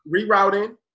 Rerouting